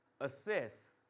assess